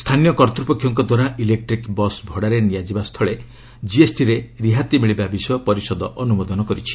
ସ୍ଥାନୀୟ କର୍ତ୍ତୃପକ୍ଷଙ୍କ ଦ୍ୱାରା ଇଲେକ୍ଟିକ୍ ବସ୍ ଭଡ଼ାରେ ନିଆଯିବା ସ୍ଥୁଳେ କିଏସ୍ଟିରେ ରିହାତି ମିଳିବା ବିଷୟ ପରିଷଦ ଅନୁମୋଦନ କରିଛି